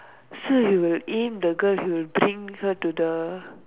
so he will aim the girl he will bring her to the